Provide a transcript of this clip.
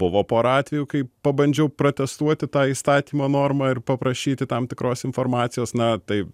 buvo pora atvejų kai pabandžiau protestuoti tą įstatymo normą ir paprašyti tam tikros informacijos na tai